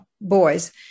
boys